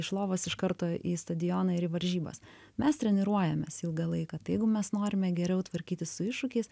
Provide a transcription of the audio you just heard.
iš lovos iš karto į stadioną ir į varžybas mes treniruojamės ilgą laiką tai jeigu mes norime geriau tvarkytis su iššūkiais